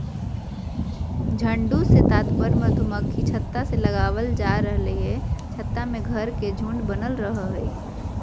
झुंड से तात्पर्य मधुमक्खी छत्ता से लगावल जा रहल हई छत्ता में घर के झुंड बनल रहई हई